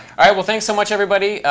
well, thanks so much everybody.